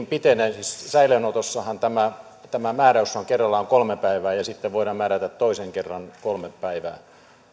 pitenemiseen kun säilöönotossahan tämä tämä määräys on kerrallaan kolme päivää ja sitten voidaan määrätä toisen kerran kolme päivää